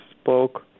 spoke